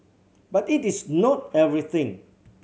but it is not everything